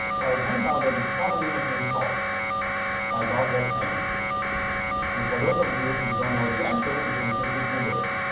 well it turns out that this problem had been solved by douglas adams and for those of you who don't know the answer you can simply google it.